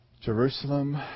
Jerusalem